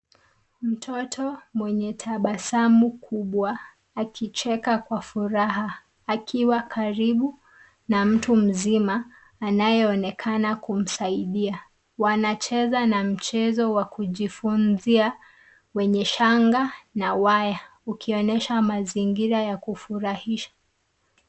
Mtoto mwenye tabasamu kubwa, akicheka kwa furaha akiwa karibu na mtu mzima anayeonekana kumsaidia .Wanacheza na mchezo wa kujifunzia wenye shanga na waya ukionyesha mazingira ya kufurahisha.